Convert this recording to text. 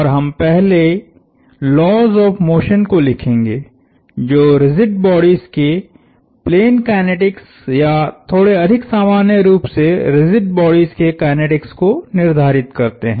और हम पहले लॉज़ ऑफ़ मोशन को लिखेंगे जो रिजिड बॉडीस के प्लेन काइनेटिक्स या थोड़े अधिक सामान्य रूप से रिजिड बॉडीस के काइनेटिक्स को निर्धारित करते हैं